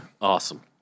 Awesome